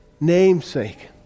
namesake